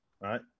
right